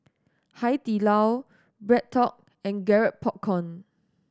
Hai Di Lao BreadTalk and Garrett Popcorn